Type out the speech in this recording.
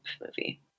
movie